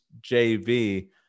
JV